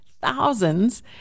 thousands